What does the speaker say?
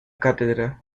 cátedra